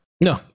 no